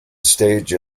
stage